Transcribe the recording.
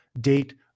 date